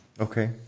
Okay